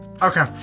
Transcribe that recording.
Okay